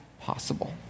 possible